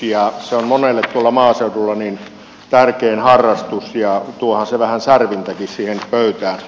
se on monelle tuolla maaseudulla tärkein harrastus tuohan se vähän särvintäkin siihen pöytään